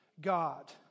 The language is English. God